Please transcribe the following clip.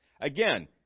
Again